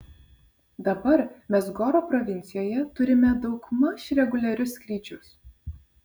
dabar mes goro provincijoje turime daugmaž reguliarius skrydžius